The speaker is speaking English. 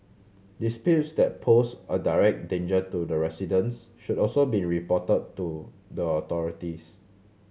disputes that pose a direct danger to the residents should also be reported to the authorities